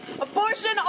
Abortion